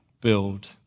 build